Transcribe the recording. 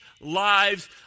lives